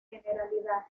generalidad